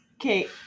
Okay